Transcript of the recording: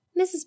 Mrs